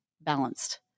balanced